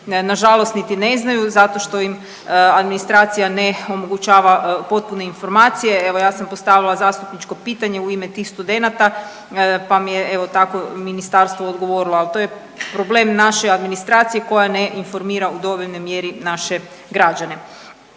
nažalost niti ne znaju zato što im administracija ne omogućava potpune informacije. Evo, ja sam postavila zastupničko pitanje u ime tih studenata, pa mi je, evo, tako, ministarstvo odgovorilo, ali to je problem naše administracije koja ne informira u dovoljnoj mjeri naše građane.